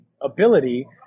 ability